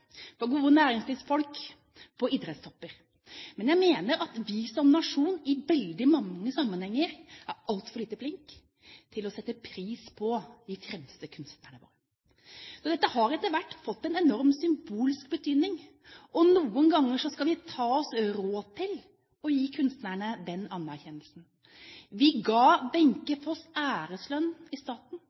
gode næringslivsfolk, på idrettstopper. Men jeg mener at vi som nasjon i veldig mange sammenhenger er altfor lite flinke til å sette pris på de fremste kunstnerne våre. Dette har etter hvert fått en enorm symbolsk betydning, og noen ganger skal vi ta oss råd til å gi kunstnerne den anerkjennelsen. Staten ga Wenche Foss æreslønn.